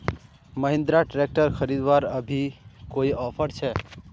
Mahindra tractor खरीदवार अभी कोई ऑफर छे?